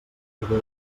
déu